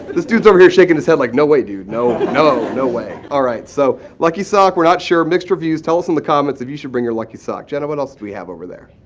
this dude's over here shaking his head like no way dude, no, no, no way. alright, so lucky sock we're not sure. mixed reviews. tell us in the comments if you should bring your lucky sock. jenna, what else do we have over there?